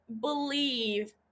believe